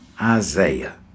Isaiah